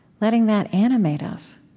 letting that animate us